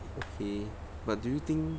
okay but do you think